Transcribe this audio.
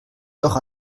doch